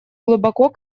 глубоко